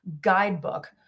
guidebook